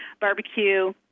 Barbecue